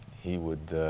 he would